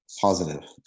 positive